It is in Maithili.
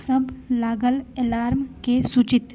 सब लागल अलार्म के सूचित